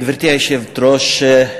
גברתי היושבת-ראש,